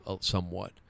somewhat